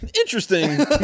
Interesting